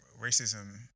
racism